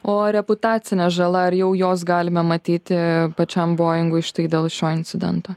o reputacinė žala ar jau jos galime matyti pačiam bojingu štai dėl šio incidento